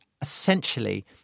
essentially